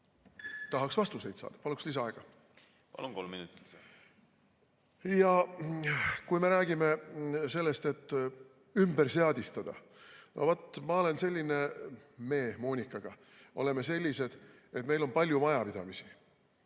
tahaks vastuseid saada. Paluks lisaaega. Palun, kolm minutit! Ja kui me räägime sellest, et ümber seadistada. Vaat, ma olen selline, me Moonikaga oleme sellised, et meil on palju majapidamisi.